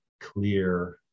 clear